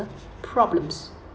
problems